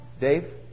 Dave